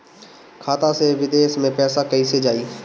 खाता से विदेश मे पैसा कईसे जाई?